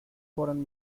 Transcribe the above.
foreign